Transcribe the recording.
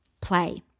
play